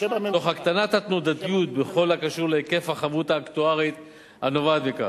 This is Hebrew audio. תוך הקטנת התנודתיות בכל הקשור להיקף החבות האקטוארית הנובעת מכך,